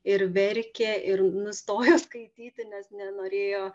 ir verkė ir nustojo skaityti nes nenorėjo